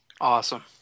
Awesome